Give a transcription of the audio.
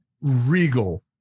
regal